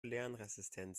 lernresistent